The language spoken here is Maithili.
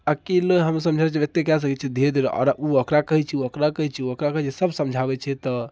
अकेले हम एतेक कए सकैत छी धीरे धीरे आओर ओ ओकरा कहैत छै ओ ओकरा कहैत छै ओओ करा कहैत छै सब समझाबैत छै तऽ